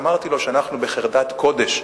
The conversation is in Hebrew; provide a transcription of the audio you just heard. אמרתי לו שאנחנו מתייחסים בחרדת קודש,